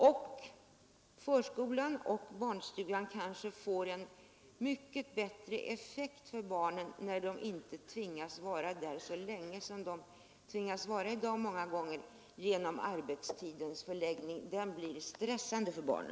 Tack vare arbetstidsförkortningen behöver då barnen inte vara så länge som nu i förskola och barnstuga, och då får kanske dessa inrättningar en bättre effekt på barnen, som då inte blir lika stressade som nu.